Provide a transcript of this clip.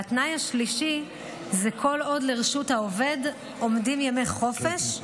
התנאי השלישי הוא שכל עוד לרשות העובד עומדים ימי חופש,